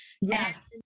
Yes